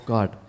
God